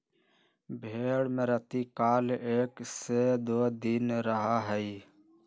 भेंड़ में रतिकाल एक से दो दिन रहा हई